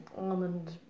almond